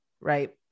right